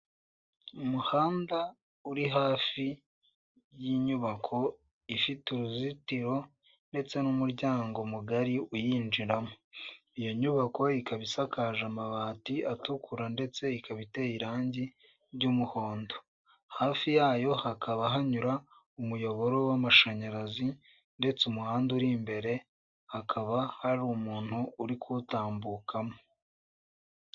Umuhanda uri hafi y'inyubako ifite urizitiro ndetse n'umuryango mugari uyinjiramo, iyo nyubaka ikaba isakaje amabati atukura ndetse ikaba iteye irangi ry'umuhondo. Hafi yayo hakahanyura umuyoboro wamashanyarazi ndetse umuhanda ur'imbere hakaba hari umuntu uri kuwutambukamo.